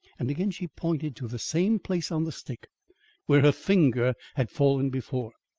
and again she pointed to the same place on the stick where her finger had fallen before.